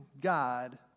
God